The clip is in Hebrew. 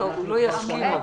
אנחנו כבר שנה.